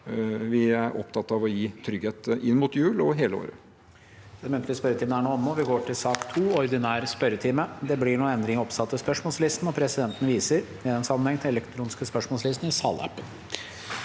vi er opptatt av å gi trygghet inn mot jul og hele året.